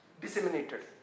disseminated